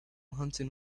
hunting